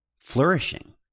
flourishing